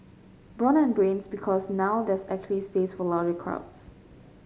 brawn and brains because now there's actually space for larger crowds